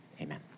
amen